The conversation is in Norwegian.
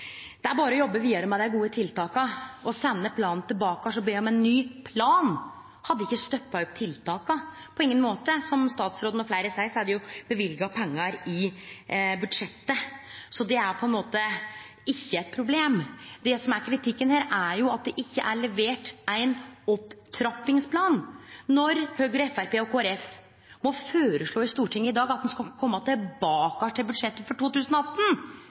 Det er berre å jobbe vidare med dei gode tiltaka. Å sende planen tilbake igjen og be om ein ny plan hadde ikkje stoppa opp tiltaka – på ingen måte. Som statsråden og fleire seier, er det jo løyvd pengar i budsjettet, så det er på ein måte ikkje eit problem. Det som er kritikken her, er at det ikkje er levert ein opptrappingsplan, når Høgre, Framstegspartiet og Kristeleg Folkeparti må føreslå i Stortinget i dag at ein skal kome tilbake til det i budsjettet for 2018.